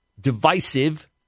divisive